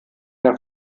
der